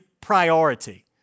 priority